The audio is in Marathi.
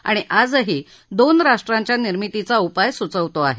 आणि आजही दोन राष्ट्राच्या निर्मितीचा उपाय सुचवतो आहे